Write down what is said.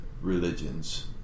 Religions